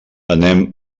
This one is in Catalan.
anem